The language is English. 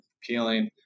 peeling